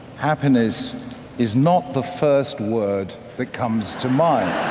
happiness is not the first word that comes to mind.